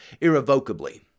irrevocably